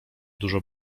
dużo